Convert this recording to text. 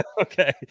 okay